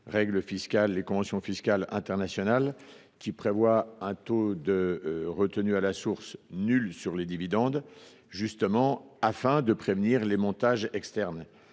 à la révision des conventions fiscales internationales prévoyant un taux de retenue à la source nul sur les dividendes, afin de prévenir les montages externes.